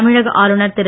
தமிழக ஆளுநர் திரு